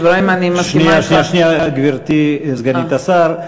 אברהים, אני מסכימה אתך, שנייה, גברתי סגנית השר.